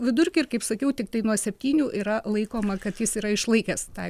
vidurkį ir kaip sakiau tiktai nuo septynių yra laikoma kad jis yra išlaikęs tą